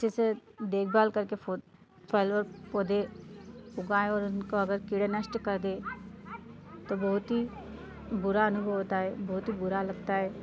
अच्छे से देखभाल करके फूल फल और पौधे उगाएँ और उनको अगर कीड़ें नष्ट कर दें तो बहुत ही बुरा अनुभव होता है बहुत ही बुरा लगता है